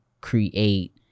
create